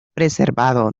preservado